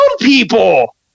people